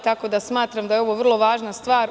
Tako da, smatram da je ovo vrlo važna stvar.